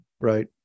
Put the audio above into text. right